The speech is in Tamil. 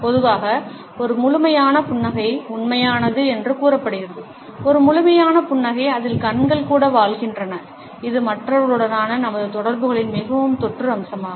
பொதுவாக ஒரு முழுமையான புன்னகை உண்மையானது என்று கூறப்படுகிறது ஒரு முழுமையான புன்னகை அதில் கண்கள் கூட வாழ்கின்றன இது மற்றவர்களுடனான நமது தொடர்புகளின் மிகவும் தொற்று அம்சமாகும்